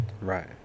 right